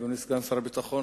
אדוני סגן שר הביטחון,